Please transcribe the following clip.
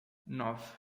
nove